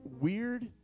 weird